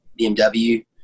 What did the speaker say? BMW